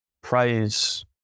praise